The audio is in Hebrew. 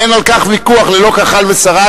אין על כך ויכוח, ללא כחל ושרק.